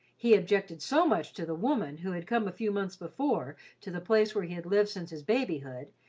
he objected so much to the woman who had come a few months before to the place where he had lived since his babyhood,